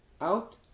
out